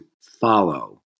follow